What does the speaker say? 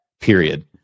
period